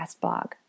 blog